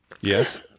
Yes